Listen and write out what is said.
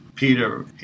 Peter